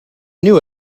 knew